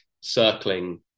circling